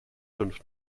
fünf